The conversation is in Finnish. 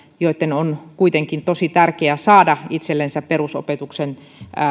joitten on kuitenkin tosi tärkeää saada itsellensä perusopetuksen